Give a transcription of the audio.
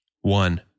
One